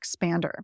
expander